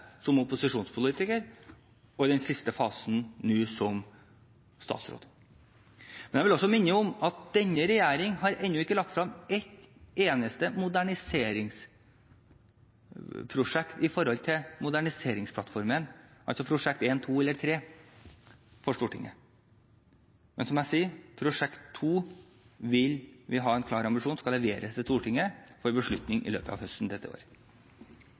som opposisjonspolitiker og i den siste fasen nå som statsråd. Jeg vil også minne om at denne regjeringen ennå ikke har lagt frem et eneste moderniseringsprosjekt i forhold til moderniseringsplattformen – altså Prosjekt 1, 2 eller 3 – for Stortinget. Men som jeg sier: Prosjekt 2 har vi en klar ambisjon om å levere til Stortinget for beslutning i løpet av høsten dette